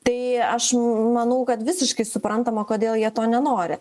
tai aš manau kad visiškai suprantama kodėl jie to nenori